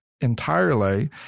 entirely